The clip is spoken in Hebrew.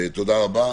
תודה רבה.